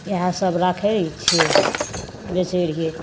इहए सब राखैत छियै बेचैत रहियै